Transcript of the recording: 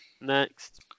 next